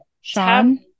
Sean